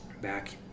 back